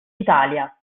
italia